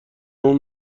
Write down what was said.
اون